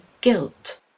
guilt